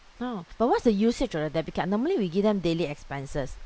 oh but what's the usage of the debit card normally we give them daily expenses